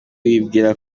wibwira